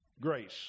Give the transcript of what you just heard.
grace